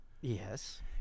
Yes